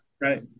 right